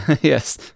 Yes